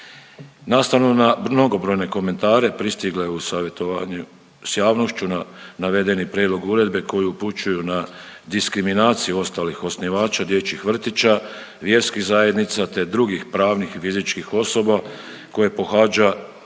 Nastavno na mnogobrojne komentare pristigla je u savjetovanju s javnošću navedeni prijedlog uredbe koji upućuju na diskriminaciju ostalih osnivača dječjih vrtića, vjerskih zajednica te drugih pravnih i fizičkih osoba koje pohađa 25,076